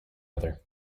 other